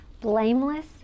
blameless